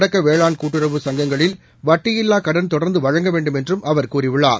தொடக்க வேளான் கூட்டுறவு சங்கங்களில் வட்டியில்லா கடன் தொடர்ந்து வழங்க வேண்டும் என்றும் அவர் கூறியுள்ளார்